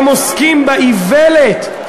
הם עוסקים באיוולת,